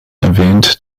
erwähnt